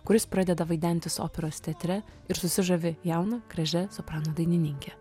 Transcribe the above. kuris pradeda vaidentis operos teatre ir susižavi jauna gražia soprano dainininkė